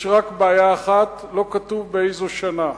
יש רק בעיה אחת, לא כתוב באיזו שנה.